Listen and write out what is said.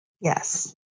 Yes